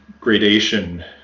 gradation